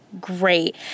great